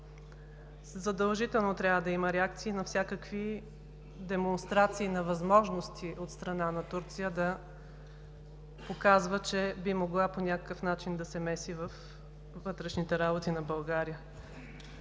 Задължително трябва да има реакции на всякакви демонстрации на възможности от страна на Турция да показва, че би могла по някакъв начин да се меси във вътрешните работи на България.